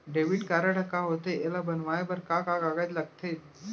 Debit card ह का होथे एला बनवाए बर का का कागज लगथे?